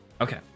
Okay